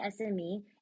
SME